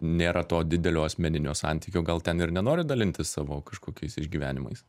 nėra to didelio asmeninio santykio gal ten ir nenorit dalintis savo kažkokiais išgyvenimais